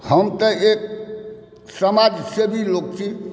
हम तऽ एक समाजसेवी लोक छी